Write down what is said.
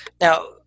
Now